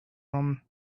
him